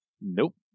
Nope